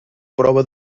prova